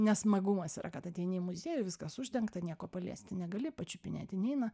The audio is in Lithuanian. nesmagumas yra kad ateini į muziejų viskas uždengta nieko paliesti negali pačiupinėti neina